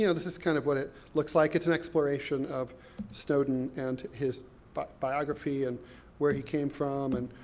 you know this is kind of what it looks like. it's an exploration of snowden, and his but biography, and where he came from, and,